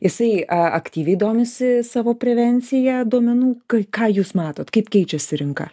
jisai a aktyviai domisi savo prevencija duomenų k ką jūs matot kaip keičiasi rinka